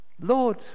Lord